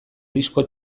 disko